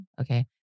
Okay